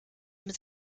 mit